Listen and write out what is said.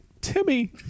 Timmy